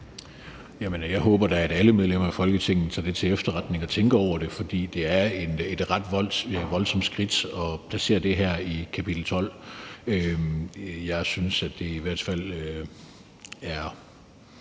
jeg håber da, at alle medlemmer af Folketinget tager det til efterretning og tænker over det. For det er et ret voldsomt skridt at placere det her i kapitel 12. Jeg synes i hvert fald,